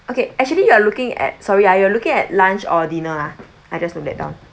okay actually you are looking at sorry ah you are looking at lunch or dinner ah I just note that down